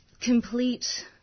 complete